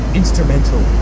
instrumental